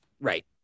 Right